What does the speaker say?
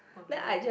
oh no wonder